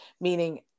meaning